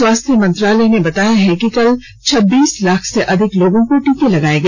स्वास्थ्य मंत्रालय ने बताया है कि कल छब्बीस लाख से अधिक लोगों को टीका लगाया गया